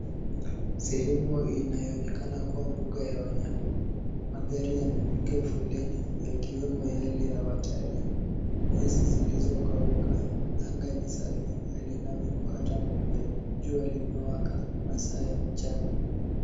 Sehemu inayo onekana kuwa mbuga ya wanyama magari yamepiga foleni yakiwemo yale ya watalii. Nyasi zilizo kauka anga ni safi halina wingu hata moja jua limewaka masaa ya mchana.